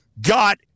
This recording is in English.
got